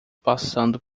passando